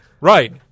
right